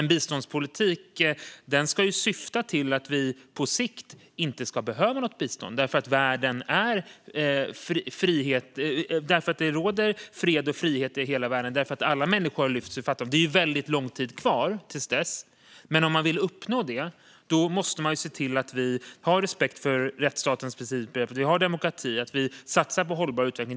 En biståndspolitik ska nämligen syfta till att vi på sikt inte ska behöva något bistånd därför att det råder fred och frihet i hela världen och därför att alla människor har lyfts ur fattigdom. Det är väldigt långt kvar till dess, men om man vill uppnå det måste man ju se till att vi har respekt för rättsstatens principer, att vi har demokrati och att vi satsar på en hållbar utveckling.